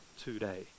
today